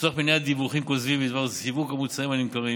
לצורך מניעת דיווחים כוזבים בדבר סיווג המוצרים הנמכרים